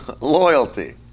loyalty